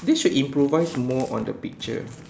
they should improvise more on the picture